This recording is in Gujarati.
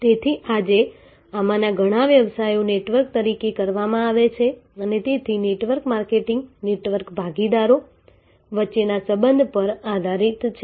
તેથી આજે આમાંના ઘણા વ્યવસાયો નેટવર્ક તરીકે કરવામાં આવે છે અને તેથી નેટવર્ક માર્કેટિંગ નેટવર્ક ભાગીદારો વચ્ચેના સંબંધ પર આધારિત છે